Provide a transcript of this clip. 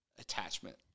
attachment